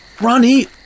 Ronnie